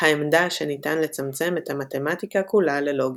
העמדה שניתן לצמצם את המתמטיקה כולה ללוגיקה.